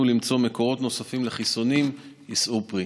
למצוא מקורות נוספים לחיסונים יישאו פרי.